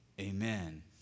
amen